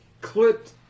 clipped